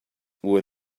were